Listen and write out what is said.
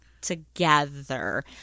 together